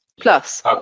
Plus